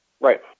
Right